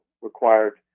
required